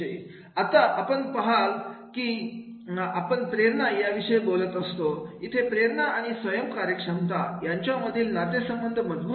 आता तुम्ही पहा लकी जाऊ आपण प्रेरणा या विषयी बोलत असतो इथे प्रेरणा आणि स्वयम कार्यक्षमता यांच्यामधील नातेसंबंध मजबूत आहेत